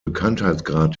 bekanntheitsgrad